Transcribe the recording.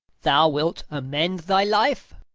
thou wilt amend thy life?